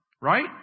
Right